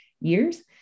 years